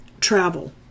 travel